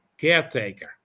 caretaker